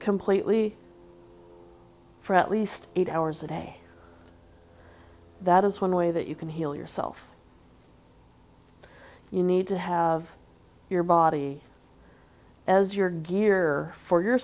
completely for at least eight hours a day that is one way that you can heal yourself you need to have your body as your gear for your